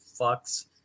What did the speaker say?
fucks